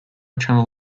channel